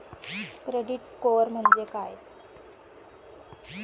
Credit score म्हणजे काय?